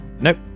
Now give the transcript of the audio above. Nope